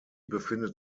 befindet